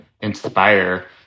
inspire